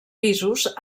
pisos